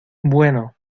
bueno